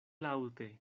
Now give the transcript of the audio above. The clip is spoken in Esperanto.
laŭte